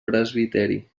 presbiteri